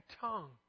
tongue